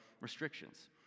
restrictions